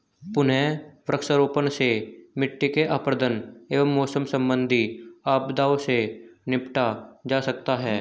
पुनः वृक्षारोपण से मिट्टी के अपरदन एवं मौसम संबंधित आपदाओं से निपटा जा सकता है